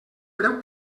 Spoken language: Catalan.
breu